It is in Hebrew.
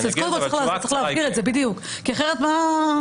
אז קודם כל צריך להבהיר את זה בדיוק, כי אחרת מה?